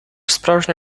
справжню